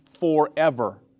forever